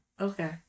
okay